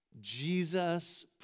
Jesus